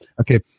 Okay